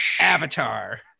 Avatar